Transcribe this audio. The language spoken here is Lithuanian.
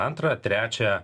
antrą trečią